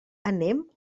anem